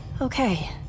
Okay